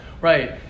Right